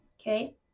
Okay